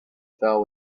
fell